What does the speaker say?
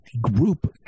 group